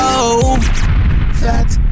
Fat